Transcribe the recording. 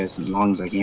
the ones i